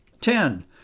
Ten